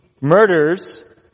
murders